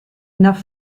enough